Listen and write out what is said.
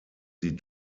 sie